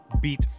beat